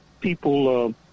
people